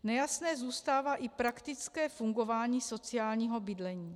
Nejasné zůstává i praktické fungování sociálního bydlení.